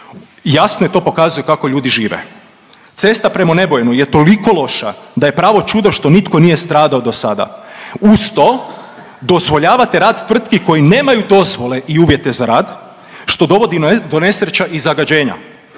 Jasno je to pokazuje kako ljudi žive. Cesta prema Nebojnu je toliko loša da je pravo čudo što nitko nije stradao dosada. Uz to dozvoljavate rad tvrtki koje nemaju dozvole i uvjete za rad što dovodi do nesreća i zagađenja,